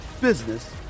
business